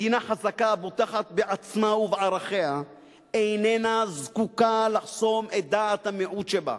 מדינה חזקה הבוטחת בעצמה ובערכיה איננה זקוקה לחסימת דעת המיעוט שבה,